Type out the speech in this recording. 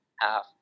half